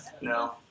No